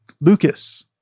Lucas